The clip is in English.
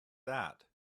that